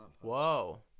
Whoa